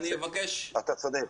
אתה צודק.